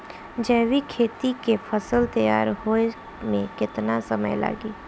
जैविक खेती के फसल तैयार होए मे केतना समय लागी?